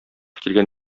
килгән